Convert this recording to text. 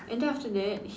and then after that